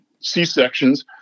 C-sections